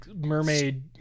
mermaid